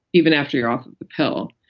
even after you're off of the pill?